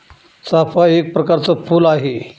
चाफा एक प्रकरच फुल आहे